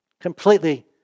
completely